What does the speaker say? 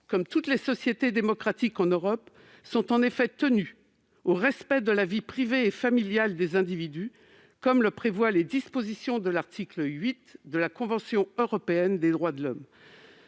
comme toutes les sociétés démocratiques en Europe, est tenue au respect de la vie privée et familiale des individus, comme le prévoient les dispositions de l'article 8 de la Convention européenne des droits de l'homme.